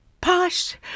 posh